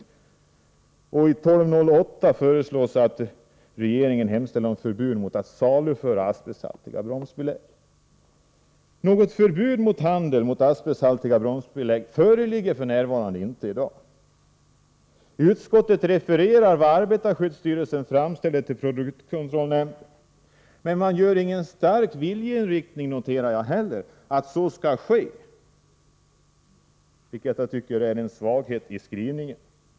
I motion 1208 föreslås också att regeringen skall hemställa om förbud mot att saluföra asbesthaltiga bromsbelägg. Något förbud mot handel med asbesthaltiga bromsbelägg föreligger inte i dag. Utskottet refererar arbetarskyddsstyrelsens framställning till produktkontrollnämnden. Men det deklarerar inte någon stark viljeinriktning om att åtgärderna skall genomföras, noterar jag, och detta tycker jag är en svaghet i skrivningen.